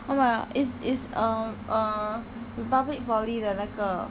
oh ya is is err err republic poly 的那个